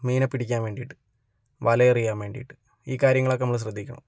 മീനിനെ പിടിക്കാൻ വേണ്ടിയിട്ട് വലയെറിയാൻ വേണ്ടിയിട്ട് ഈ കാര്യങ്ങളൊക്കെ നമ്മള് ശ്രദ്ധിക്കണം